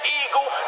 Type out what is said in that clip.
eagle